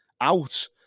out